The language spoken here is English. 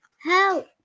Help